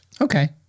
Okay